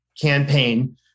campaign